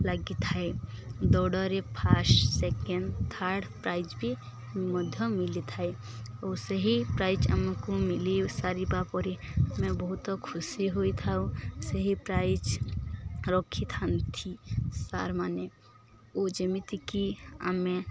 ଲାଗିଥାଏ ଦୌଡ଼ରେ first second third ପ୍ରାଇଜ୍ବି ମଧ୍ୟ ମିଳିଥାଏ ଓ ସେହି ପ୍ରାଇଜ୍ ଆମକୁ ମିଳି ସାରିବା ପରେ ଆମେ ବହୁତ ଖୁସି ହୋଇଥାଉ ସେହି ପ୍ରାଇଜ୍ ରଖିଥାନ୍ତି ସାର୍ ମାନେ ଓ ଯେମିତିକି ଆମେ